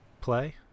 play